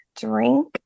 Drink